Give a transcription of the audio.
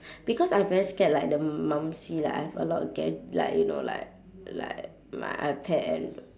because I very scared like the mum see like I have a lot of gad~ like you know like like my ipad and